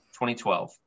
2012